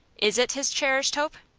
is it his cherished hope?